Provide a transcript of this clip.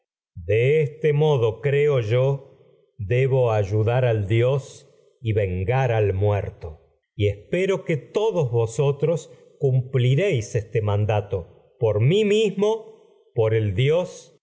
de este modo creo acaba de reve y ven yo que debo ayudar al dios gar este al muerto y espero por que todos vosotros y por cumpliréis esta tierra mandato mi mismo por el dios